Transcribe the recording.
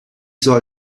soll